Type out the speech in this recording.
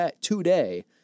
today